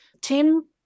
Tim